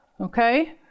okay